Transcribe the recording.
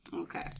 Okay